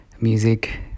music